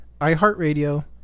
iHeartRadio